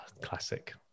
Classic